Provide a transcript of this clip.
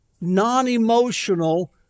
non-emotional